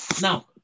Now